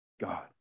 God